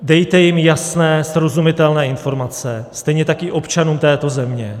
Dejte jim jasné srozumitelné informace, stejně tak i občanům této země.